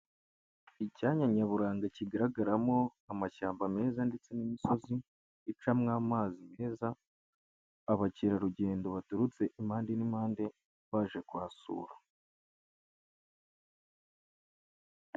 Icyanya nyaburanga kigaragaramo amashyamba meza, ndetse n'imisozi icamo amazi meza abakerarugendo baturutse impande n'impande baje kuhasura.